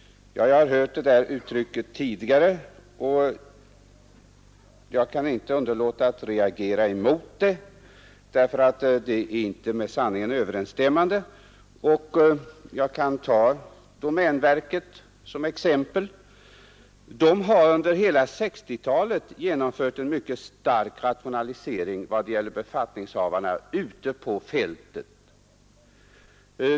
Jag har hört detta uttryck tidigare, och jag kan inte underlåta att reagera mot det, ty det är inte med sanningen överensstämmande. Jag kan återigen ta domänverket som exempel. Detta verk har under hela 1960-talet genomfört en mycket stark rationalisering i vad gäller befattningshavarna ute på fältet.